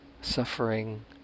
suffering